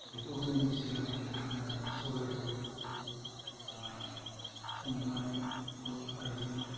बेखौ होनायनि सिगांनो ओह सबाइखौ आह सोमनानै बिखौ खारैजों